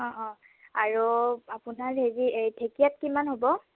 অঁ অঁ আৰু আপোনাৰ হেৰি এই ঢেঁকীয়াত কিমান হ'ব